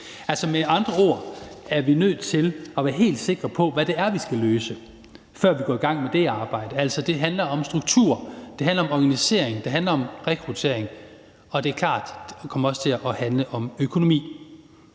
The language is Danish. dybde. Med andre ord er vi nødt til at være helt sikre på, hvad det er, vi skal løse, før vi går i gang med det arbejde. Altså, det handler om struktur, det handler om organisering, det handler om rekruttering, og det er klart, at det også kommer til at handle om økonomi.